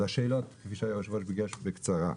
להלן השאלות, כפי שהיושב-ראש ביקש, בקצרה: